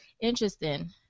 interesting